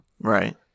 Right